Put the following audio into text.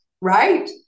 Right